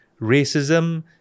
racism